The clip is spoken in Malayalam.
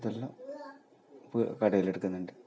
ഇതെല്ലാം ഇപ്പം കടയിൽ എടുക്കുന്നുണ്ട്